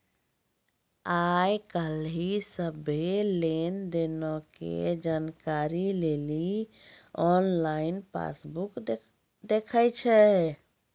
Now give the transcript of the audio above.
आइ काल्हि सभ्भे लेन देनो के जानकारी लेली आनलाइन पासबुक देखै छै